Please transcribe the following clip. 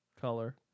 color